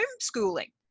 homeschooling